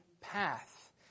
path